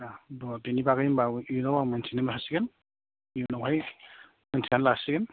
आच्छा बिनि बागै होनबा इयुनाव आं मिथिनो हासिगोन उनाव हाय मिथिनानै लासिगोन